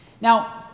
Now